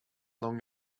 long